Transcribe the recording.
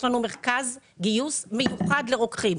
יש לנו מרכז גיוס מיוחד לרוקחים,